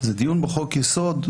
זה דיון בחוק יסוד,